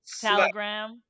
Telegram